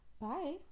Bye